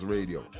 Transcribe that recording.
Radio